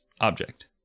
object